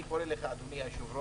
אני קורא לך אדוני היו"ר